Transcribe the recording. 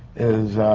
is